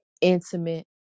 intimate